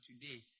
today